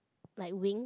like wings